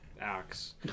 axe